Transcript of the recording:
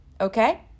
Okay